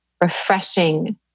refreshing